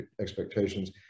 expectations